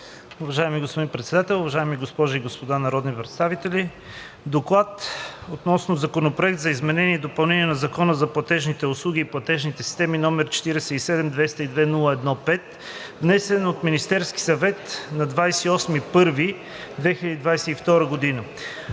Уважаеми господин Председател, уважаеми госпожи и господа народни представители! „ДОКЛАД относно Законопроект за изменение и допълнение на Закона за платежните услуги и платежните системи, № 47-202-01-5, внесен от Министерския съвет на 28 януари 2022 г.